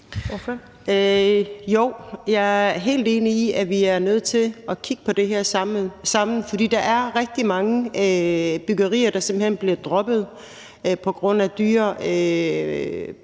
jeg er helt enig i, at vi er nødt til at kigge på det her sammen, for der er rigtig mange byggerier, der simpelt hen bliver droppet på grund af dyre